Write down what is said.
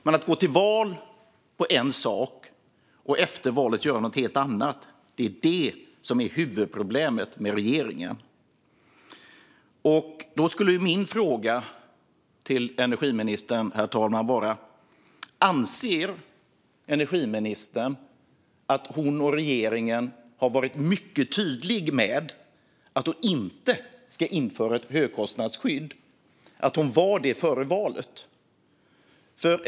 Men att gå till val på en sak och efter valet göra någonting helt annat är huvudproblemet med regeringen. Herr talman! Min fråga till energiministern är: Anser energiministern att hon och regeringen har varit mycket tydliga med att de inte ska införa ett högkostnadsskydd och att de var det före valet?